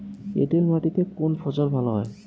এঁটেল মাটিতে কোন ফসল ভালো হয়?